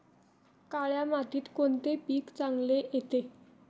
काळ्या मातीत कोणते पीक चांगले येते?